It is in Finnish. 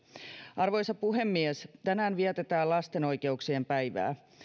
arvoisa puhemies tänään vietetään lasten oikeuksien päivää